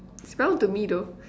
it's brown to me though